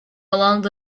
along